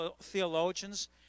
theologians